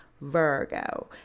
Virgo